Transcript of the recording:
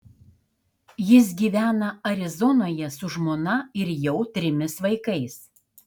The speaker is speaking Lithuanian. jis gyvena arizonoje su žmona ir jau trimis vaikais